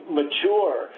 mature